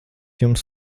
jums